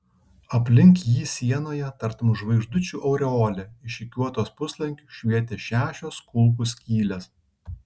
aplink jį sienoje tartum žvaigždučių aureolė išrikiuotos puslankiu švietė šešios kulkų skylės